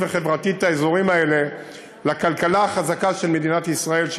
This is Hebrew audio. וחברתית את האזורים האלה לכלכלה החזקה של מדינת ישראל,